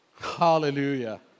Hallelujah